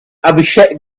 abhishek